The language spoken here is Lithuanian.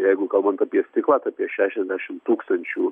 jeigu kalbant apie stiklą tai apie šešiasdešim tūkstančių